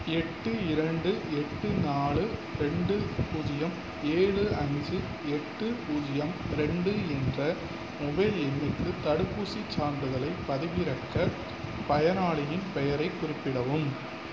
எட்டு இரண்டு எட்டு நாலு ரெண்டு பூஜ்ஜியம் ஏழு அஞ்சு எட்டு பூஜ்ஜியம் ரெண்டு என்ற மொபைல் எண்ணுக்கு தடுப்பூசி சான்றிதழை பதிவிறக்க பயனாளியின் பெயரை குறிப்பிடவும்